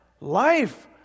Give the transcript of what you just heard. life